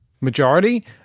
majority